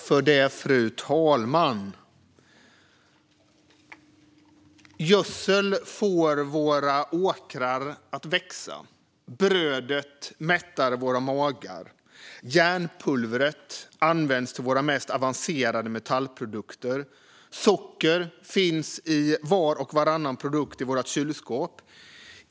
Fru talman! Gödsel får våra åkrar att växa, brödet mättar våra magar, järnpulvret används till våra mest avancerade metallprodukter och socker finns i var och varannan produkt i vårt kylskåp.